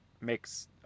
makes